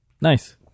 nice